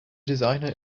designer